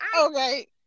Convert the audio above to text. okay